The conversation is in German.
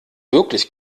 wirklich